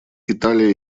италия